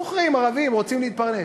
סוחרים ערבים, רוצים להתפרנס.